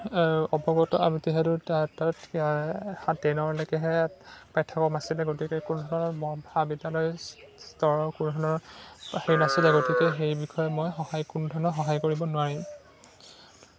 অৱগত তাত ট্ৰেইনৰলৈকেহে পাঠ্যক্ৰম নাছিলে গতিকে কোনো ধৰণৰ মহাবিদ্যালয় স্তৰৰ কোনো ধৰণৰ হেৰি নাছিলে গতিকে সেই বিষয়ে মই সহায় কোনো ধৰণৰ সহায় কৰিব নোৱাৰিম